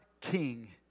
king